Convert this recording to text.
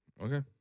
Okay